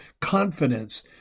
confidence